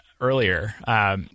earlier